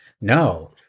No